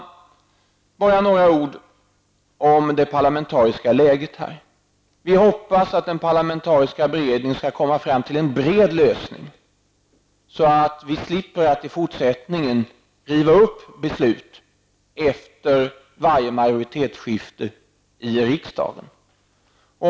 Låt mig säga några ord om det parlamentariska läget. Vi hoppas att den parlamentariska beredningen skall uppnå en bred lösning, så att vi i fortsättningen slipper att riva upp beslut efter varje majoritetsskifte i riksdagen.